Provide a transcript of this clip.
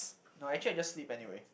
no actually I just sleep anyway